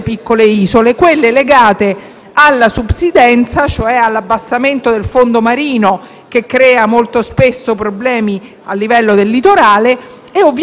alla subsidenza, cioè all'abbassamento del fondo marino che crea molto spesso problemi a livello del litorale, e all'erosione.